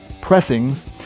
pressings